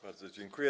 Bardzo dziękuję.